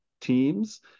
teams